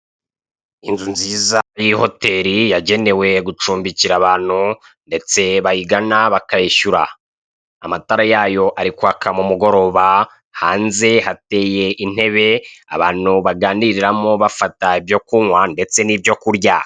Inzu nziza iri hoteri yagenewe gucumbikira abantu ndetse bayigana bakayishyura amatara yayo ari kwaka mu mugoroba hanze hateye intebe abantu baganiriramo bafata ibyo kunywa ndetse n'ibyo kurya.